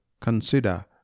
consider